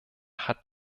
hat